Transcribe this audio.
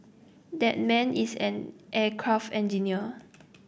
that man is an aircraft engineer